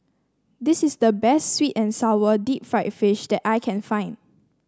this is the best sweet and sour Deep Fried Fish that I can find